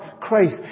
Christ